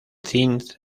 cinc